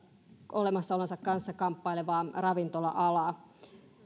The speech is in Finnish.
olemassaolonsa kanssa kamppailevaa ravintola alaa